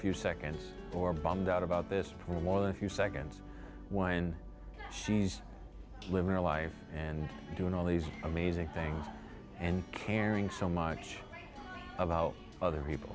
few seconds or bummed out about this for more than a few seconds why and she's living a life and doing all these amazing things and caring so much about other people